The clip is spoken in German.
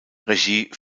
regie